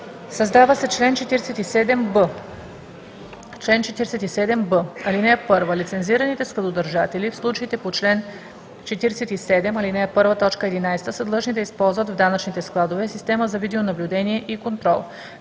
Създава се чл. 47б: „Чл. 47б. (1) Лицензираните складодържатели в случаите по чл. 47, ал. 1, т. 11 са длъжни да използват в данъчните складове система за видеонаблюдение и контрол.